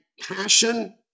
passion